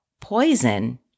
poison